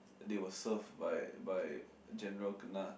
they were serve by by general kena